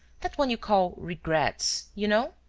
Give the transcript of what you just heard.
that one you call regrets. you know?